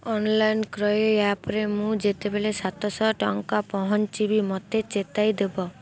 online କ୍ରୟ ଆପ୍ରେ ମୁଁ ଯେତେବେଳେ ସାତଶହ ଟଙ୍କା ପହଞ୍ଚିବି ମୋତେ ଚେତାଇ ଦେବ